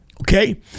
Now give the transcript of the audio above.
okay